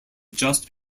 just